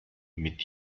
mit